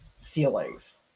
ceilings